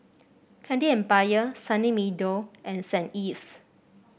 Candy Empire Sunny Meadow and St Ives